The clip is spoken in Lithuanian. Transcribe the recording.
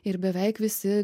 ir beveik visi